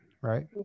Right